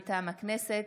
מטעם הכנסת,